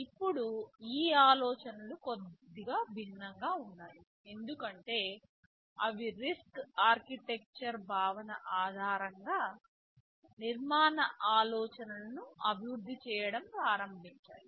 ఇప్పుడు ఈ ఆలోచనలు కొద్దిగా భిన్నంగా ఉన్నాయి ఎందుకంటే అవి RISC ఆర్కిటెక్చర్ భావన ఆధారంగా నిర్మాణ ఆలోచనలను అభివృద్ధి చేయడం ప్రారంభించాయి